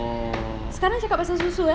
sekarang cakap pasal susu eh